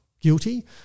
guilty